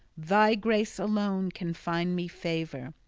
thy grace alone can find me favor.